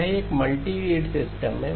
यह एक multirate system है